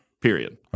period